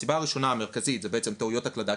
הסיבה הראשונה, העיקרית, היא בעצם טעויות הקלדה.